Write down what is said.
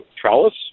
trellis